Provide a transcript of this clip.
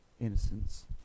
innocence